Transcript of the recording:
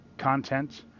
content